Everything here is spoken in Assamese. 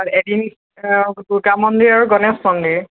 এদিন দুৰ্গা মন্দিৰ আৰু গণেশ মন্দিৰ